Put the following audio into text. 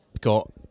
got